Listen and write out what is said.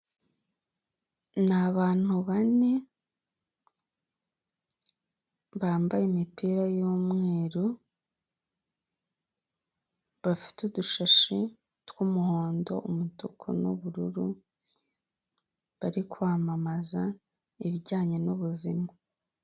Nabanu bane bambaye imipira yumweru bafite udushashi twumuhondo umutuku nubururu bari kwamamaza ibijyanye n'ubuzima.